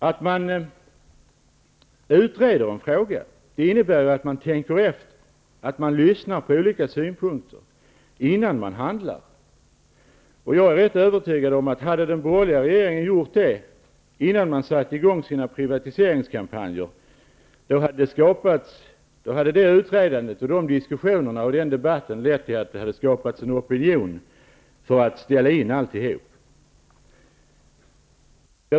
Att utreda en fråga innebär att man tänker efter, att man lyssnar på olika synpunkter innan man handlar. Jag är rätt övertygad om att hade den borgerliga regeringen gjort det, innan den satte i gång sina privatiseringskampanjer, hade utredandet, diskussionerna och debatten lett till att det hade skapats en opinion för att ställa in alltihop.